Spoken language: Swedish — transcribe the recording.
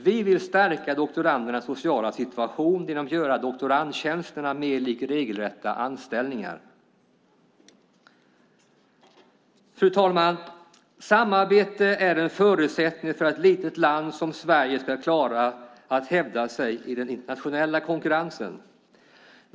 Vi vill stärka doktorandernas sociala situation genom att göra doktorandtjänsterna mer lika regelrätta anställningar. Fru talman! Samarbete är en förutsättning för att ett litet land som Sverige ska klara att hävda sig i den internationella konkurrensen.